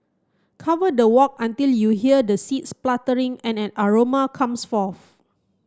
cover the wok until you hear the seed spluttering and aroma comes forth